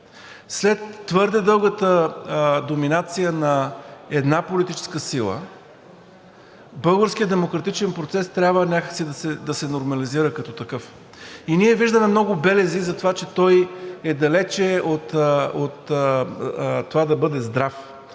След твърде дългата доминация на една политическа сила българският демократичен процес трябва някак си да се нормализира като такъв и ние виждаме много белези за това, че той е далече от това да бъде здрав